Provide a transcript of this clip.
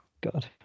God